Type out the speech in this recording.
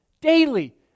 Daily